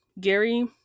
Gary